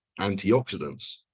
antioxidants